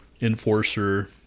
Enforcer